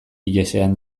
ihesean